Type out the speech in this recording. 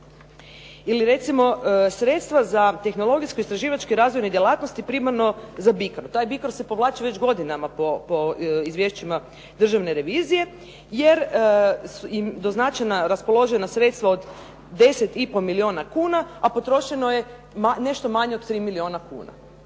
Ili recimo, sredstva za tehnologijsko-istraživačke razvojne djelatnosti primano za BICRO, taj BICRO se povlači već godinama po izvješćima Državne revizije jer im doznačena raspoložena sredstva od 10,5 milijuna kuna, a potrošeno je nešto manje od 3 milijuna kuna